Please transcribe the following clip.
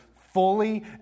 fully